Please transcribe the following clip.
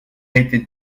été